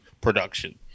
production